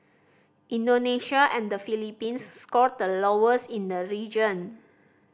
Indonesia and the Philippines scored the lowest in the region